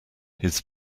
his